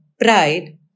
pride